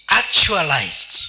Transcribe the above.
actualized